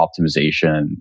optimization